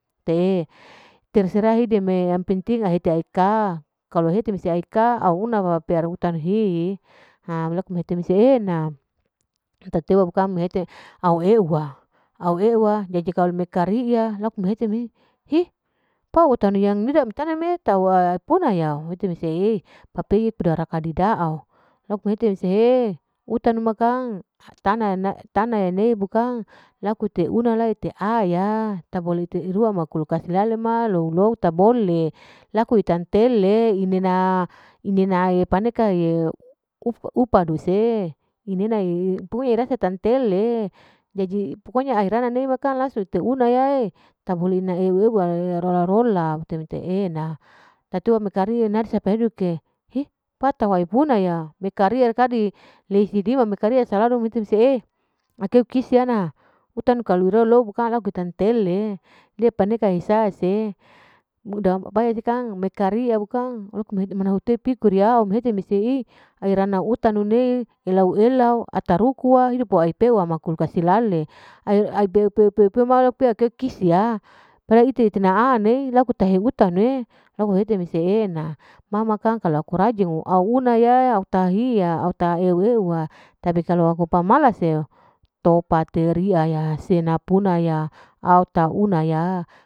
Ite'e terserah hidup'e yang penting ai hite ai ka, kalu hite mese ai huna wapear hutandi hihi, ha laku mete mese e'ena, mehete au hehuwa, au e'ewa jadi kalu mikari'iya, laku mehete mi, hi kau utanian riya mitanimi tau urapuna yau, hete mese'i papeye rakdidao, laku hite mi sehe, utanu ma kang tana ya ne bukang ute te laku una lai ite aya, tak bole ite rua ma kulkas laeng ma, rorouta ta bole, laku itantole, ine na paduka'i pa duse, inena ule rasa tantole'e, jadi pokoknya airana nema langsung ite unaya, tak bole ina ewewwa'e, ararola mete e'na tatiwa mikari sepahiduke, hi pata wai puna ya mikarii tadi lehidiwa me kari lalu hete me see mai keu kisiana, utano kalu rolokang laku tantele, dia paneka hisa se, muda me kariya bukang loko me hete mana hutei pikuriau, hete mese'i urana utanu nei elau elau atarukuaw idopo, ai pe'wama kulkas kulkas hilale ai-ai peu peu peu peu ma laku keu kisia, padahal ite ite nahane laku tahe utanu'e laku hete mese e'ena, ma ma kang aku rajing'o unaya au tahaiya, au taha ewewa, tapi kalau aku pamalas'e topateriya ya, senapuna ya, au tauna ya.